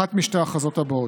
אחת משתי ההכרזות האלה: